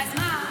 אז מה?